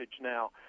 now